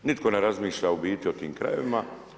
Nitko ne razmišlja u biti o tim krajevima.